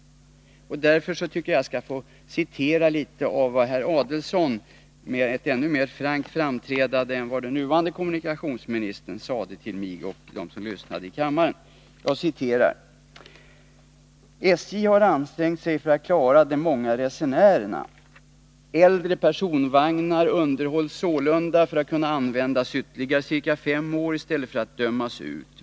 Jag skall därför be att få citera vad herr Adelsohn med ett ännu mer frankt framträdande än den nuvarande kommunikationsministern sade till mig och dem som lyssnade i kammaren: ”SJ har ansträngt sig för att klara de många resenärerna. Äldre personvagnar underhålls sålunda för att kunna användas ytterligare ca fem år i stället för att dömas ut.